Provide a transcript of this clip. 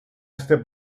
este